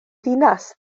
ddinas